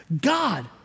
God